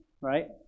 right